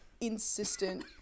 insistent